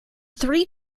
three